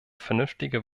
vernünftige